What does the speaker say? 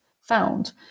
found